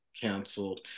canceled